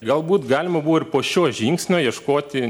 galbūt galima buvo ir po šio žingsnio ieškoti